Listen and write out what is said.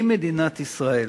אם מדינת ישראל